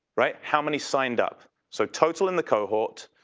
right? how many signed up. so total in the cohort,